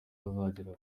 azagera